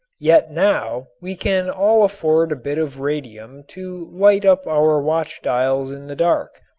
yet now we can all afford a bit of radium to light up our watch dials in the dark.